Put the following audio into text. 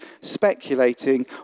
speculating